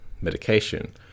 medication